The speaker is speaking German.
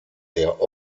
der